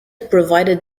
provided